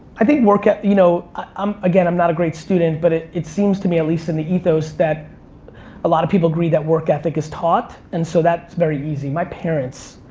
i think work eth. you know, i'm, again, i'm not a great student, but it it seems to me, at least in the ethos, that a lot of people agree that work ethic is taught. and so, that's very easy. my parents.